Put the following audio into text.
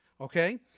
Okay